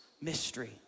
Mystery